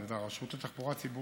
זה הרשות לתחבורה ציבורית,